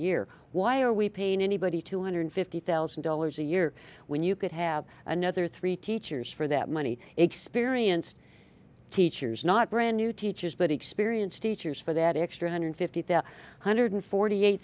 year why are we paying anybody two hundred fifty thousand dollars a year when you could have another three teachers for that money experienced teachers not brand new teachers but experienced teachers for that extra hundred fifty thousand one hundred forty eight